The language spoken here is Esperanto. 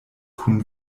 kun